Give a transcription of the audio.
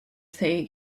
they